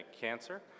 cancer